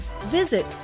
visit